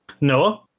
Noah